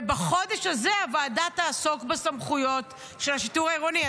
ובחודש הזה הוועדה תעסוק בסמכויות של השיטור העירוני.